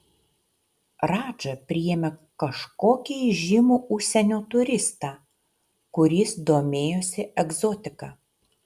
radža priėmė kažkokį įžymų užsienio turistą kuris domėjosi egzotika